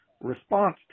response